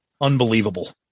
Unbelievable